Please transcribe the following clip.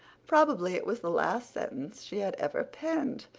probably it was the last sentence she had ever penned.